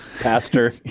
pastor